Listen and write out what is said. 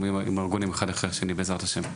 עם הארגונים אחד אחרי השני בעזרת השם.